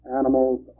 animals